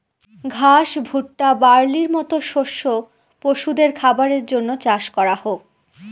ঘাস, ভুট্টা, বার্লির মতো শস্য পশুদের খাবারের জন্য চাষ করা হোক